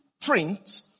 print